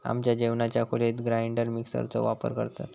आमच्या जेवणाच्या खोलीत ग्राइंडर मिक्सर चो वापर करतत